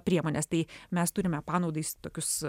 priemones tai mes turime panaudai tokius